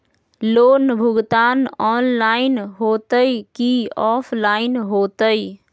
Loan भुगतान online होतई कि ऑफलाइन होतई?